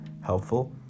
helpful